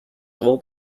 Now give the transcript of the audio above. old